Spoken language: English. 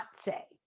say